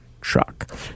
truck